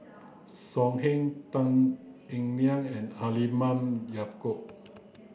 So Heng Tan Eng Liang and Halimah Yacob